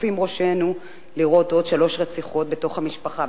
זוקפים ראשינו לראות עוד שלוש רציחות בתוך המשפחה.